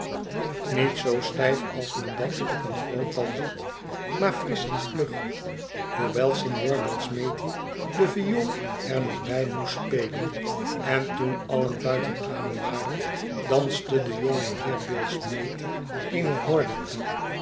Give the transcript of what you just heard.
niet zoo stijf als men dat op een groot bal ziet maar frisch en vlug hoewel signor billsmethi de viool er nog bij moest spelen en toen alien buiten adem waren danste de jonge heer billsmethi eene horlepijp